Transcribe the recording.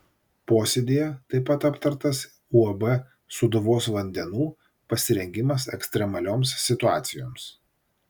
posėdyje taip pat aptartas uab sūduvos vandenų pasirengimas ekstremalioms situacijoms